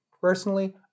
Personally